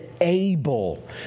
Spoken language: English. able